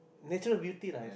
natural beauty lah